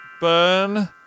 burn